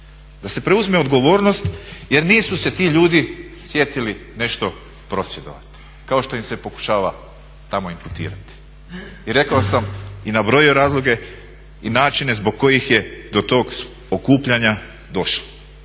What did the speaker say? da se preuzme odgovornost jer nisu se ti ljudi sjetili nešto prosvjedovati kao što im se pokušava tamo imputirati. I rekao sam i nabrojio razloge i načine zbog kojih je do tog okupljanja došlo.